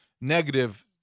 negative